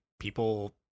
people